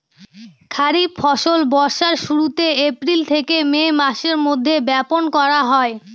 খরিফ ফসল বর্ষার শুরুতে, এপ্রিল থেকে মে মাসের মধ্যে, বপন করা হয়